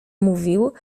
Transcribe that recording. mówił